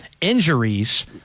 injuries